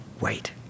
wait